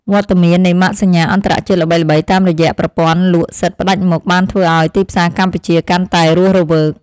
វត្តមាននៃម៉ាកសញ្ញាអន្តរជាតិល្បីៗតាមរយៈប្រព័ន្ធលក់សិទ្ធិផ្តាច់មុខបានធ្វើឱ្យទីផ្សារកម្ពុជាកាន់តែរស់រវើក។